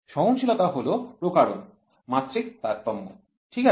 সহনশীলতা হল প্রকরণ মাত্রিক তারতম্য ঠিক আছে